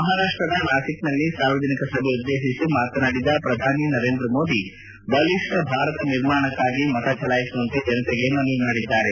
ಮಹಾರಾಷ್ಷದ ನಾಸಿಕ್ನಲ್ಲಿ ಸಾರ್ವಜನಿಕ ಸಭೆಯನ್ನುದ್ದೇಶಿಸಿ ಮಾತನಾಡಿದ ಪ್ರಧಾನಿ ನರೇಂದ್ರ ಮೋದಿ ಬಲಿಷ್ಣ ಭಾರತ ನಿರ್ಮಾಣಕ್ಕಾಗಿ ಮತ ಚಲಾಯಿಸುವಂತೆ ಜನತೆಗೆ ಮನವಿ ಮಾಡಿದ್ದಾರೆ